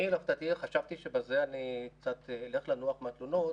אני להפתעתי חשבתי שבזה אני אנוח מהתלונות,